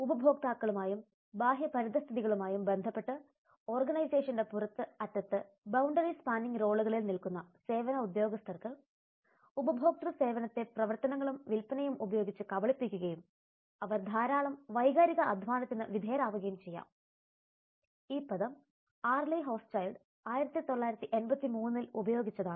ഉപഭോക്താക്കളുമായും ബാഹ്യ പരിതസ്ഥിതികളും ആയും ബന്ധപ്പെട്ട് ഓർഗനൈസേഷന്റെ പുറത്ത് അറ്റത്ത് ബൌണ്ടറി സ്പാനിങ് റോളുകളിൽ നിൽക്കുന്ന സേവന ഉദ്യോഗസ്ഥർക്ക് ഉപഭോക്തൃ സേവനത്തെ പ്രവർത്തനങ്ങളും വിൽപ്പനയും ഉപയോഗിച്ച് കബളിപ്പിക്കുകയും അവർ ധാരാളം 'വൈകാരിക അധ്വാന'ത്തിന് വിധേയരാവുകയും ചെയ്യാം ഈ പദം ആർലി ഹോസ്ചൈൽഡ് 1983 ൽ ഉപയോഗിച്ചതാണ്